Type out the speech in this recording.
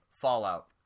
Fallout